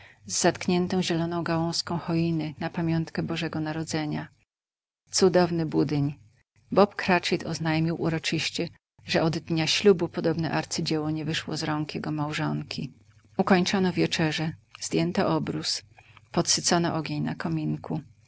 zatkniętą zieloną gałązką choiny na pamiątkę bożego narodzenia cudowny budyń bob cratchit oznajmił uroczyście że od dnia ślubu podobne arcydzieło nie wyszło z rąk jego małżonki ukończono wieczerzę zdjęto obrus podsycono ogień na kominku